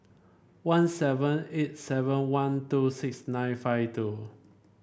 one seven eight seven one two six nine five two